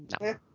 no